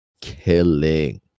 killing